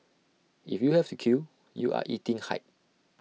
if you have to queue you are eating hype